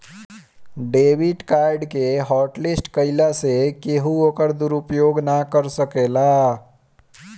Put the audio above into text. debit card के hotlist कईला से केहू ओकर दुरूपयोग ना कर सकेला